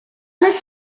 this